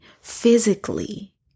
physically